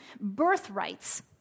birthrights